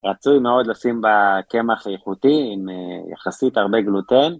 רצוי מאוד לשים בה קמח איכותי, עם יחסית הרבה גלוטן.